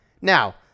Now